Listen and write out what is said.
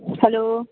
hello